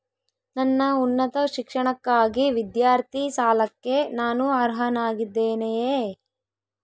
ನನ್ನ ಉನ್ನತ ಶಿಕ್ಷಣಕ್ಕಾಗಿ ವಿದ್ಯಾರ್ಥಿ ಸಾಲಕ್ಕೆ ನಾನು ಅರ್ಹನಾಗಿದ್ದೇನೆಯೇ?